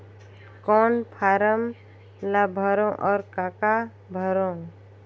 कौन फारम ला भरो और काका भरो?